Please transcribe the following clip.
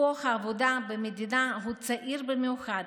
כוח העבודה במדינה הוא צעיר במיוחד,